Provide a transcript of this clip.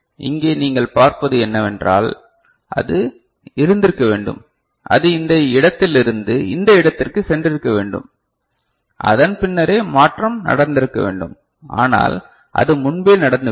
இங்கே நீங்கள் பார்ப்பது என்னவென்றால் அது இருந்திருக்க வேண்டும் அது இந்த இடத்திலிருந்து இந்த இடத்திற்குச் சென்றிருக்க வேண்டும் அதன் பின்னரே மாற்றம் நடந்திருக்க வேண்டும் ஆனால் அது முன்பே நடந்துவிட்டது